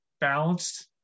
balanced